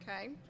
Okay